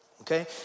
Okay